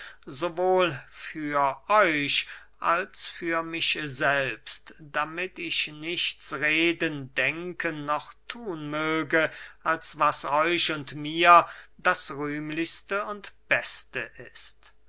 für euch als für mich selbst damit ich nichts reden denken noch thun möge als was euch und mir das rühmlichste und beste ist